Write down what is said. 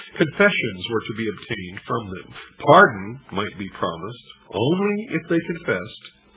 confessions were to be obtained from them pardon might be promised only if they confessed.